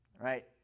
right